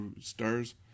stars